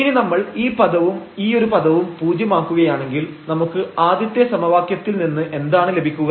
ഇനി നമ്മൾ ഈ പദവും ഈയൊരു പദവും പൂജ്യമാക്കുകയാണെങ്കിൽ നമുക്ക് ആദ്യത്തെ സമവാക്യത്തിൽ നിന്ന് എന്താണ് ലഭിക്കുക